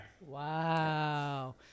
Wow